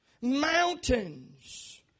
mountains